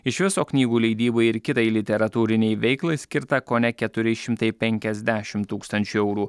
iš viso knygų leidybai ir kitai literatūrinei veiklai skirta kone keturi šimtai penkiasdešim tūkstančių eurų